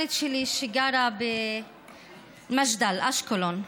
הפרלמנטרית שלי, שגרה במג'דל, באשקלון.